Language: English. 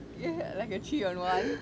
ya like a three on one